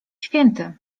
święty